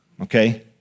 okay